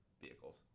vehicles